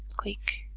click